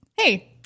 Hey